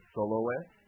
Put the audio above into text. Soloist